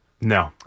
No